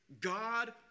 God